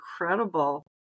incredible